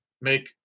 make